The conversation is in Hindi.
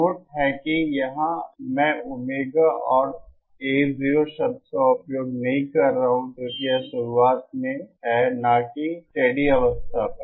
नोट है कि यहाँ मैं ओमेगा और A0 शब्द का उपयोग नहीं कर रहा हूँ क्योंकि यह शुरुआत में है ना की स्टेडी अवस्था पर